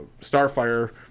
Starfire